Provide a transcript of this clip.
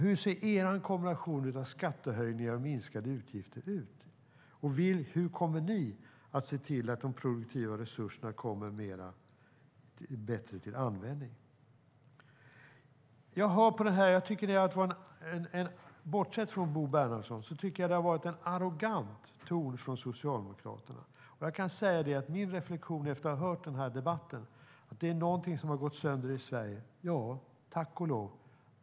Hur ser er kombination av skattehöjningar och minskade utgifter ut? Hur kommer ni att se till att de produktiva resurserna kommer till bättre användning? Bortsett från Bo Bernhardsson tycker jag att det har varit en arrogant ton hos Socialdemokraterna. Jag kan säga att min reflexion efter att ha hört debatten är att det är någonting som har gått sönder i Sverige - tack och lov.